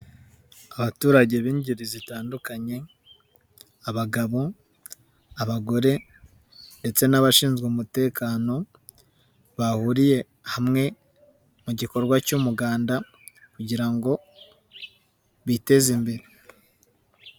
Abaturage b'ingeri zitandukanye abagabo, abagore, ndetse n'abashinzwe umutekano bahuriye hamwe mu gikorwa cy'umuganda kugira ngo biteze imbere.